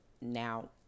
now